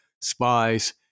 Spies